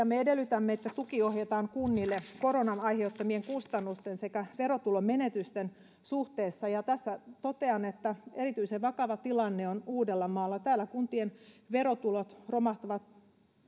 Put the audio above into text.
me edellytämme että tuki ohjataan kunnille koronan aiheuttamien kustannusten sekä verotulonmenetysten suhteessa ja totean että erityisen vakava tilanne on uudellamaalla täällä kuntien verotulot romahtavat